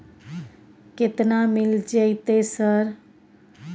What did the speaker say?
केतना मिल जेतै सर?